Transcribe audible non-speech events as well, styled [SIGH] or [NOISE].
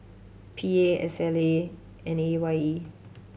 P A S [UNINTELLIGIBLE] and E Y E